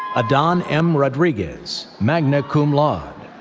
ah adan m. rodriguez, magna cum laude.